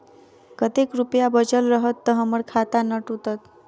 कतेक रुपया बचल रहत तऽ हम्मर खाता नै टूटत?